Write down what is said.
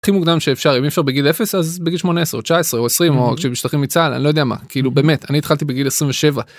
הכי מוקדם שאפשר אם אי אפשר בגיל 0 אז בגיל 18 או 19 או 20 או כשמשתחררים מצה"ל אני לא יודע מה כאילו באמת אני התחלתי בגיל 27.